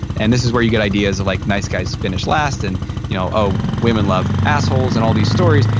and this is where you get ideas like nice guys finish last and you know oh, women love assholes and all these stories.